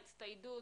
הצטיידות,